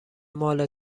مال